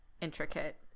intricate